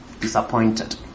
disappointed